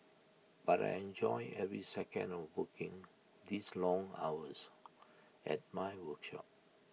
but I enjoy every second of hooking these long hours at my workshop